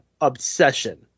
obsession